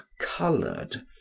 coloured